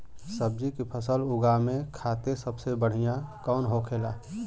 सब्जी की फसल उगा में खाते सबसे बढ़ियां कौन होखेला?